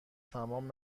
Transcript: تمام